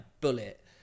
Bullet